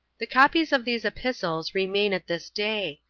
the copies of these epistles remain at this day,